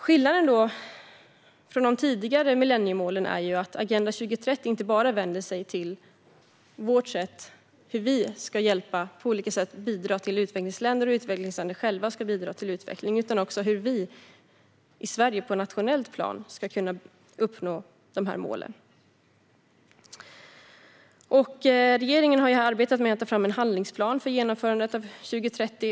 Skillnaden mellan de här målen och de tidigare millenniemålen är att Agenda 2030 inte bara riktar in sig på hur vi ska hjälpa och bidra till utvecklingsländerna och att utvecklingsländerna själva ska bidra till utveckling, utan det handlar också om hur Sverige på ett nationellt plan ska kunna uppnå de här målen. Regeringen har arbetat med att ta fram en handlingsplan för genomförandet av Agenda 2030.